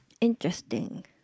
Interesting